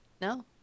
No